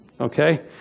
okay